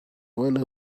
wonder